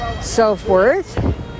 self-worth